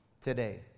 today